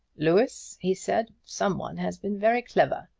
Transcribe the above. louis, he said, some one has been very clever!